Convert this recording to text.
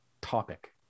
topic